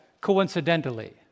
coincidentally